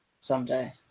someday